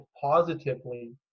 positively